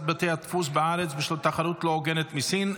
בתי הדפוס בארץ בשל תחרות לא הוגנת מסין.